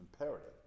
imperative